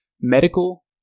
medical